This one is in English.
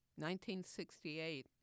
1968